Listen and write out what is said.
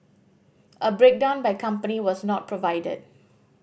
a breakdown by company was not provided